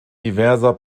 diverser